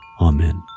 Amen